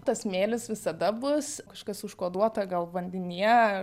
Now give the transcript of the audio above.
tas smėlis visada bus kažkas užkoduota gal vandenyje